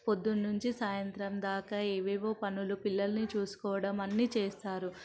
పొద్దున్నుంచి సాయంత్రం దాకా ఏవేవో పనులు పిల్లల్ని చూసుకోవడం అన్ని చేస్తారు